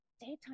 daytime